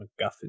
MacGuffin